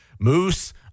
moose